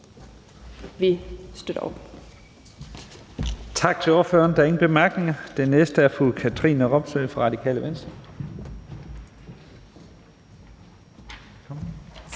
Vi støtter op.